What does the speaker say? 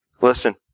Listen